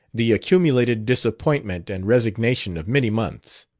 the accumulated disappointment and resignation of many months.